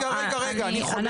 רגע, רגע, רגע, אני חולק עלייך.